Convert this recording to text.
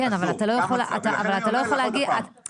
כן אבל אתה לא יכול להגיד רגע,